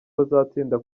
bazatsinda